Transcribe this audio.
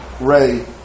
Ray